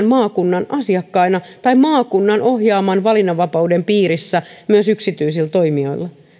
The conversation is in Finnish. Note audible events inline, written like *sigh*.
*unintelligible* maakunnan asiakkaina tai maakunnan ohjaaman valinnanvapauden piirissä myös yksityisillä toimijoilla